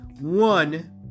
one